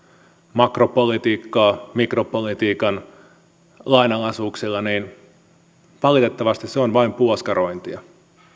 makropolitiikkaa mikropolitiikan lainalaisuuksilla on valitettavasti vain puoskarointia